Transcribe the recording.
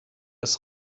ist